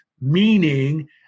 meaning